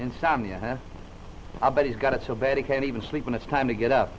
insomnia i bet he's got so bad he can't even sleep when it's time to get up